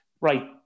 right